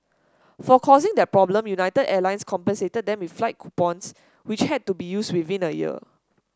for causing that problem United Airlines compensated them with flight coupons which had to be used within a year